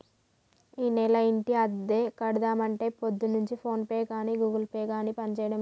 ఈనెల ఇంటి అద్దె కడదామంటే పొద్దున్నుంచి ఫోన్ పే గాని గూగుల్ పే గాని పనిచేయడం లేదు